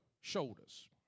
shoulders